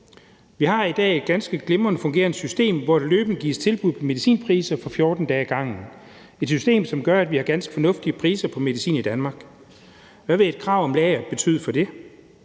Vi har i dag et ganske glimrende fungerende system, hvor der løbende meldes ud om medicinpriserne for 14 dage ad gangen. Det er et system, som gør, at vi har ganske fornuftige priser på medicin i Danmark. Hvad vil et krav om et lager betyde for det?